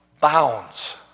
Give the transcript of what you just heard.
bounds